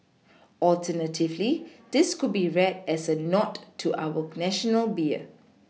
alternatively this could be read as a nod to our national beer